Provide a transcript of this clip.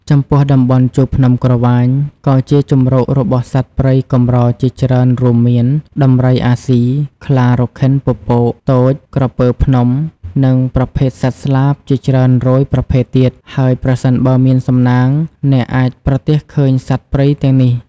ចំពោះតំបន់ជួរភ្នំក្រវាញក៏ជាជម្រករបស់សត្វព្រៃកម្រជាច្រើនរួមមាន ដំរីអាស៊ី ខ្លារខិនពពក ទោច ក្រពើភ្នំ និងប្រភេទសត្វស្លាបជាច្រើនរយប្រភេទទៀត ហើយប្រសិនបើមានសំណាង អ្នកអាចប្រទះឃើញសត្វព្រៃទាំងនេះ។